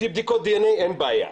לפי בדיקות דנ"א, אין בעיה,